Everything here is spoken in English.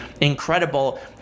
incredible